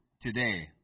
Today